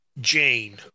Jane